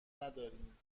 نداریم